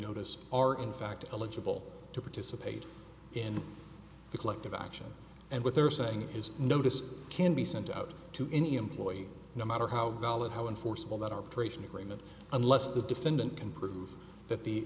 notice are in fact eligible to participate in the collective action and what they're saying is notice can be sent out to any employee no matter how valid how enforceable that arbitration agreement unless the defendant can prove that the